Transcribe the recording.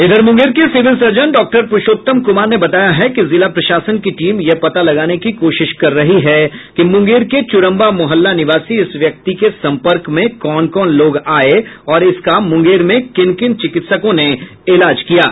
इधर मुंगेर के civil surgeon doctor Purushottam Kumar ने बताया है कि जिला प्रशासन की टीम यह पता लगाने की कोशिश कर रही है कि मुंगेर के चुरम्बा मोहल्ला निवासी इस व्यक्ति के सम्पर्क में कौन कौन लोग आये और इसका मुंगेर में किन किन चिकित्सकों ने इलाज किया है